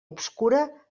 obscura